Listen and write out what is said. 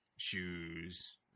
shoes